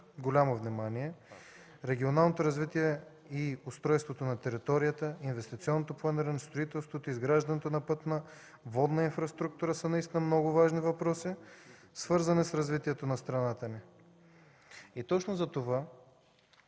голямо внимание. Регионалното развитие и устройството на територията, инвестиционното планиране, строителството, изграждането на пътна и водна инфраструктура са наистина много важни въпроси, свързани с развитието на страната ни. Точно затова